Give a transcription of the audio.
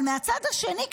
אבל מהצד השני,